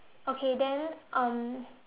okay then um